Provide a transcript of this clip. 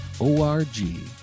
O-R-G